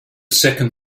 second